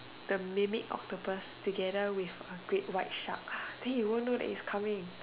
the mermaid octopus together with a great white shark then you will not know its coming